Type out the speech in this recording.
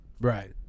Right